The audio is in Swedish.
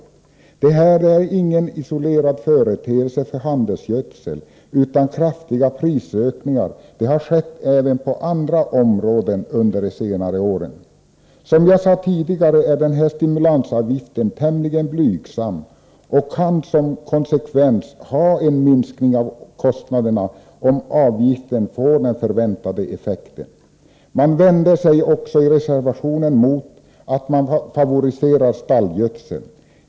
Men prisökningar är inte något som sker som en isolerad företeelse enbart i fråga om handelsgödsel, utan kraftiga prisökningar har skett även på andra områden under senare år. Som jag sade tidigare är denna stimulansavgift tämligen blygsam och kan som konsekvens få en minskning av kostnaderna, om avgiften får den förväntade effekten. Reservanterna vänder sig också mot att man favoriserar stallgödseln.